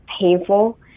painful